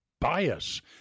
bias